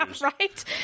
right